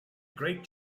great